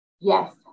Yes